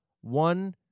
One